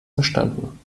verstanden